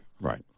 right